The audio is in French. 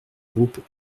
groupes